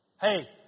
Hey